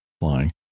Flying